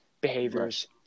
behaviors